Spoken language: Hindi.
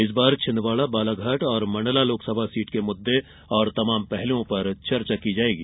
इस बार छिन्दवाड़ा बालाघाट और मंडला लोकसभा सीट के मुद्दे और तमाम पहलुओं पर चर्चा की जायेगी